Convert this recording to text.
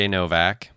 Novak